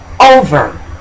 over